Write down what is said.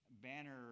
banner